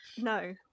no